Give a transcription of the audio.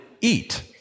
eat